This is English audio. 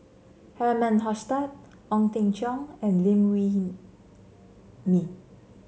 Herman Hochstadt Ong Teng Cheong and Liew Wee Mee